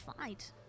fight